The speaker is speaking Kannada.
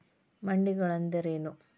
ಮಂಡಿಗಳು ಅಂದ್ರೇನು?